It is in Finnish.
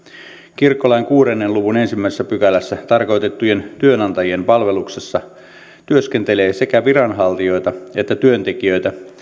kirkkolain kuuden luvun ensimmäisessä pykälässä tarkoitettujen työnantajien palveluksessa työskentelee sekä viranhaltijoita että työntekijöitä